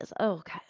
Okay